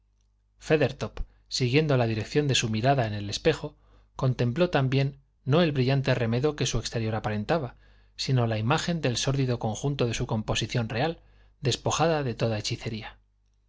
pavimento feathertop siguiendo la dirección de su mirada en el espejo contempló también no el brillante remedo que su exterior aparentaba sino la imagen del sórdido conjunto de su composición real despojada de toda hechicería